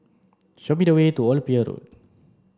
show me the way to Old Pier Road